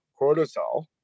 cortisol